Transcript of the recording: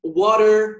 water